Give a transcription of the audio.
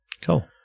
cool